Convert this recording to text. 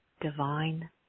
divine